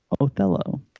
Othello